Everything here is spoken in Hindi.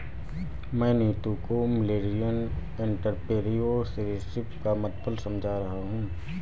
मैं नीतू को मिलेनियल एंटरप्रेन्योरशिप का मतलब समझा रहा हूं